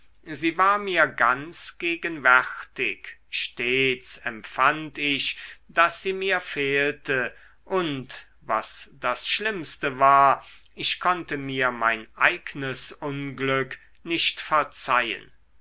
sie war mir ganz gegenwärtig stets empfand ich daß sie mir fehlte und was das schlimmste war ich konnte mir mein eignes unglück nicht verzeihen